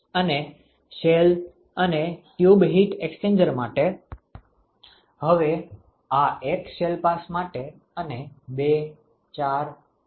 અને શેલ અને tube heat exchanger માટે હવે આ એક શેલ પાસ માટે અને 2 4 6